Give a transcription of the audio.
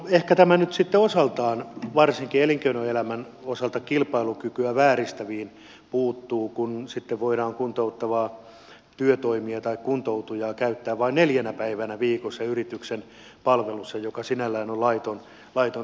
no ehkä tämä nyt sitten osaltaan varsinkin elinkeinoelämän osalta kilpailukykyä vääristäviin puuttuu kun sitten voidaan kuntouttavaa työtoimintaa tai kuntoutujaa käyttää vain neljänä päivänä viikossa yrityksen palvelussa mikä sinällään on laiton tila